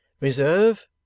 reserve